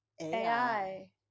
AI